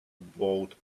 boat